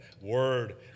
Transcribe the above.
word